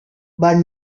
but